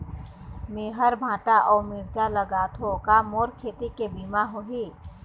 मेहर भांटा अऊ मिरचा लगाथो का मोर खेती के बीमा होही?